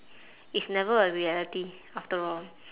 it's never a reality after all